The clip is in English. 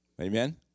Amen